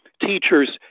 teachers